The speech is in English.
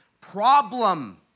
problem